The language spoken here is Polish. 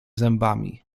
zębami